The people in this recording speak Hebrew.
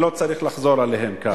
אני לא צריך לחזור עליהם כאן.